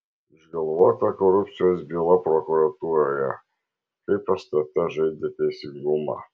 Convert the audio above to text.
išgalvota korupcijos byla prokuratūroje kaip stt žaidė teisingumą